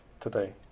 today